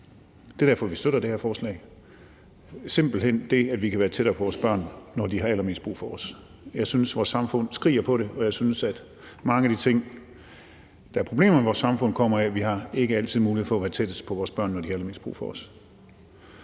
Det er derfor, vi støtter det her forslag. Det er simpelt hen det, at vi kan være tættere på vores børn, når de har allermest brug for os. Jeg synes, at vores samfund skriger på det, og jeg synes, at mange af de ting, der er problemer med i vores samfund, kommer af, at vi ikke altid har mulighed for at være tættest på vores børn, når de har allermest brug for os.